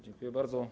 Dziękuję bardzo.